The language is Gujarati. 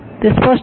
તે સ્પષ્ટ છે